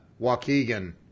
Waukegan